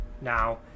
now